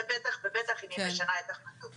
ובטח ובטח אם היא משנה את החלטותיה.